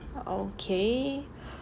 oh okay